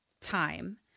time